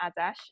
Adash